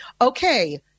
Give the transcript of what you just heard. Okay